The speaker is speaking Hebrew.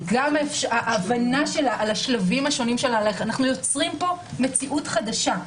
גם ההבנה שלה על השלבים השונים - אנו יוצרים פה מציאות חדשה,